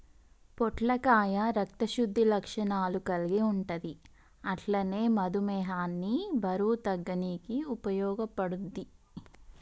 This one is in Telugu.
పొట్లకాయ రక్త శుద్ధి లక్షణాలు కల్గి ఉంటది అట్లనే మధుమేహాన్ని బరువు తగ్గనీకి ఉపయోగపడుద్ధి